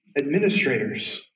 administrators